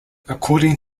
according